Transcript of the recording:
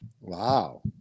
Wow